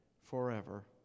forever